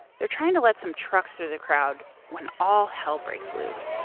they're trying to let some trucks through the crowd when all hell breaks